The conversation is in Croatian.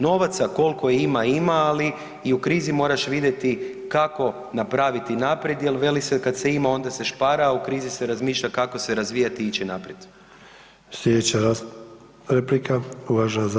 Novaca koliko ima, ima, ali i u krizi moraš vidjeti kako napraviti naprijed jer, veli se, kad se ima onda se špara, a u krizi se razmišlja kako se razvijati i ići naprijed.